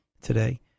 today